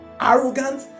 Arrogant